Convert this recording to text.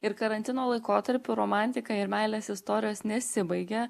ir karantino laikotarpiu romantika ir meilės istorijos nesibaigia